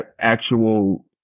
actual